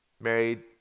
married